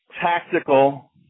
tactical